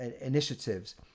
initiatives